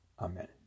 Amen